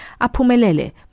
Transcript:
Apumelele